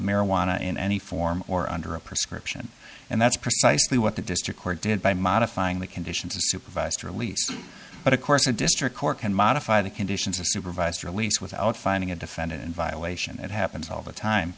marijuana in any form or under a prescription and that's precisely what the district court did by modifying the conditions of supervised release but of course a district court can modify the conditions of supervised release without finding a defendant in violation it happens all the time